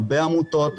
הרבה עמותות,